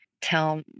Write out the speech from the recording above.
tell